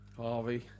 Harvey